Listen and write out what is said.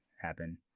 happen